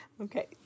Okay